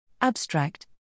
Abstract